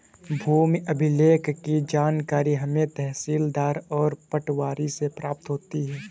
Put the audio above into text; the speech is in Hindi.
भूमि अभिलेख की जानकारी हमें तहसीलदार और पटवारी से प्राप्त होती है